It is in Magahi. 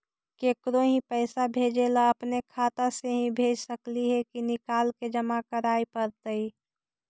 केकरो ही पैसा भेजे ल अपने खाता से ही भेज सकली हे की निकाल के जमा कराए पड़तइ?